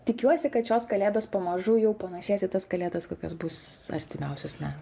tikiuosi kad šios kalėdos pamažu jau panašės į tas kalėdas kokios bus artimiausius na